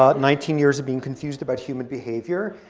ah nineteen years of being confused about human behavior.